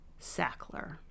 Sackler